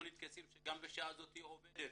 תכנית הקייסים שגם בשעה זאת עובדת.